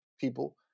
people